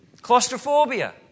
claustrophobia